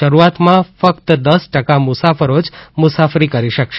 શરૂઆતમાં ફક્ત દસ ટકા મુસાફરો જ મુસાફરી કરી શકશે